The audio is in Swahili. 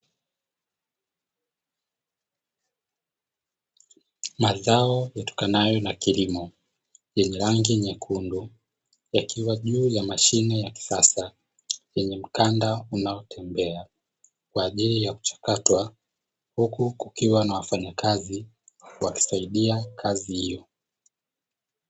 Mazao yatokanayo na kilimo yenye rangi nyekundu, yakiwa juu ya mashine ya kisasa yenye mkanda unaotembea kwa ajili ya kuchakatwa , huku kukiwa na wafanyakazi wakisaidia kazi hiyo.